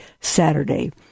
Saturday